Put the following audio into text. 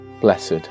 Blessed